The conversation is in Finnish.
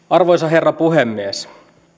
arvoisa herra puhemies